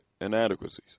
inadequacies